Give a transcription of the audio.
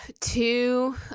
two